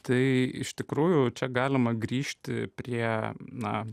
tai iš tikrųjų čia galima grįžti prie na